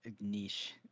niche